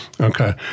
Okay